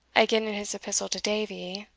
again, in his epistle to davie,